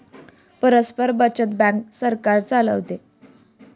परस्पर बचत बँक सरकार चालवते